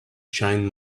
shine